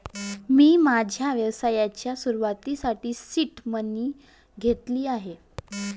मी माझ्या व्यवसायाच्या सुरुवातीसाठी सीड मनी घेतले आहेत